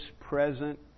present